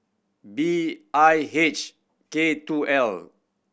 B I H K two L